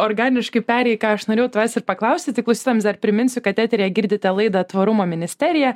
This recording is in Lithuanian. organiškai perėjai ką aš norėjau tavęs ir paklausti tik klausytojams dar priminsiu kad eteryje girdite laidą tvarumo ministerija